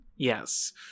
Yes